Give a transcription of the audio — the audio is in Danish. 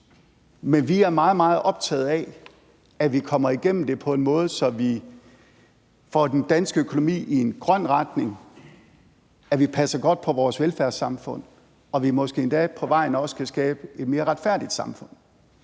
men vi er meget, meget optaget af, at vi kommer igennem det på en måde, så vi får den danske økonomi i en grøn retning, at vi passer godt på vores velfærdssamfund, og at vi måske endda på vejen også kan skabe et mere retfærdigt samfund.